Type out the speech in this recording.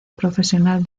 profesional